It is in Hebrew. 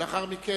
לאחר מכן,